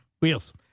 Wheels